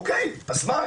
אז מה?